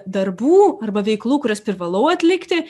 darbų arba veiklų kurias privalau atlikti